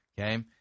Okay